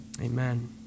Amen